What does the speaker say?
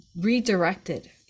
redirected